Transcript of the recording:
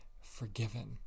forgiven